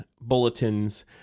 bulletins